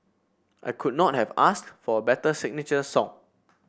I could not have asked for a better signature song